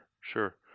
Sure